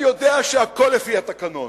אני יודע שהכול לפי התקנון,